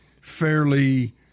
fairly